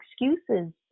excuses